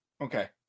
Okay